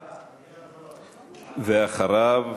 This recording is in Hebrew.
אחריו,